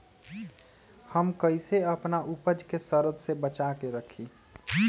हम कईसे अपना उपज के सरद से बचा के रखी?